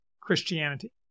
Christianity